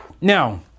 now